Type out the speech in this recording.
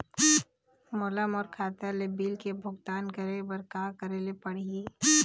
मोला मोर खाता ले बिल के भुगतान करे बर का करेले पड़ही ही?